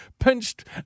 pinched